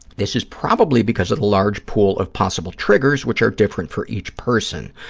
this is probably because of the large pool of possible triggers, which are different for each person.